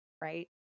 Right